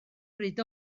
bryd